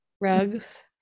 rugs